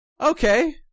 okay